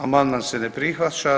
Amandman se ne prihvaća.